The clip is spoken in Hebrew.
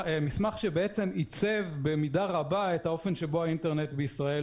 מסמך שבעצם עיצב במידה רבה את האופן שבו האינטרנט בישראל